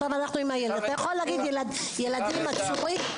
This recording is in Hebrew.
אתה יכול להגיד ילדים עצורים.